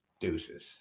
Deuces